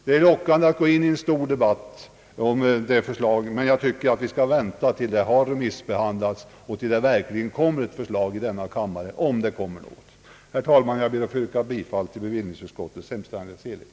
Det är lockande att gå in i en stor debatt om denna fråga men jag tycker att vi skall vänta till dess att utredningen har remissbehandlats och det verkligen framlägges ett förslag i riksdagen — om det nu kommer. Herr talman! Jag ber att få yrka bifall till bevillningsutskottets hemställan.